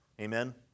Amen